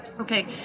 Okay